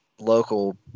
local